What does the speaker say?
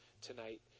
tonight